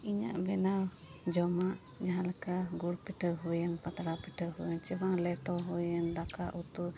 ᱤᱧᱟᱹᱜ ᱵᱮᱱᱟᱣ ᱡᱚᱢᱟᱜ ᱡᱟᱦᱟᱞᱮᱠᱟ ᱜᱩᱲ ᱠᱤᱴᱷᱟᱹ ᱦᱩᱭᱮᱱ ᱯᱟᱛᱲᱟ ᱯᱤᱴᱷᱟᱹ ᱦᱩᱭᱮᱱ ᱵᱟᱝᱟ ᱞᱮᱴᱚ ᱦᱩᱭᱮᱱ ᱫᱟᱠᱟ ᱩᱛᱩ